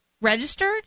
registered